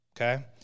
okay